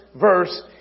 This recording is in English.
verse